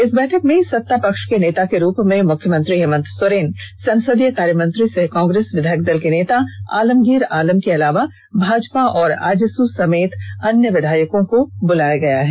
इस बैठक में सत्ता पक्ष के नेता के रूप में मुख्यमंत्री हेमंत सोरेन संसदीय कार्यमंत्री सह कांग्रेस विधायक दल के नेता आलमगीर आलम के अलावे भाजपा और आजसू समेत अन्य विधायकों को बुलाया गया है